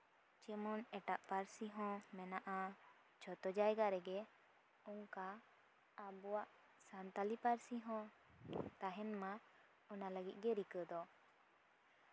ᱡᱮᱢᱚᱱ ᱮᱴᱟᱜ ᱯᱟᱹᱨᱥᱤ ᱦᱚᱸ ᱢᱮᱱᱟᱜᱼᱟ ᱡᱷᱚᱛᱚ ᱡᱟᱭᱜᱟ ᱨᱮᱜᱮ ᱚᱱᱠᱟ ᱟᱵᱚᱣᱟᱜ ᱥᱟᱱᱛᱟᱞᱤ ᱯᱟᱨᱥᱤ ᱦᱚᱸ ᱛᱟᱦᱮᱱ ᱢᱟ ᱚᱱᱟ ᱞᱟᱹᱜᱤᱫ ᱜᱮ ᱨᱤᱠᱟᱹ ᱫᱚ